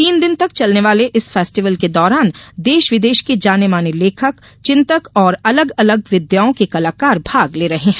तीन दिन तक चलने वाले इस फेस्टिवल के दौरान देश विदेश के जाने माने लेखक चिंतक और अलग अलग विधाओं के कलाकार भाग ले रहे हैं